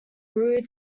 grew